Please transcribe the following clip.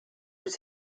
was